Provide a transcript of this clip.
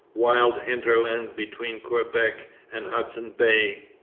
wild hinterland between quebec and hudson bay.